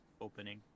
opening